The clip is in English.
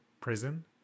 prison